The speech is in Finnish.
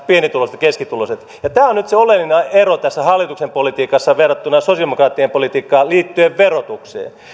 pienituloiset ja keskituloiset tämä on nyt se oleellinen ero tässä hallituksen politiikassa verrattuna sosialidemokraattien politiikkaan liittyen verotukseen